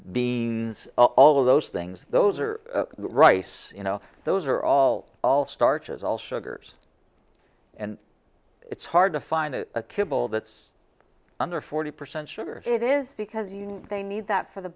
beings all of those things those are rice you know those are all all starches also gors and it's hard to find a kibble that's under forty percent sugar it is because they need that for the